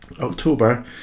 October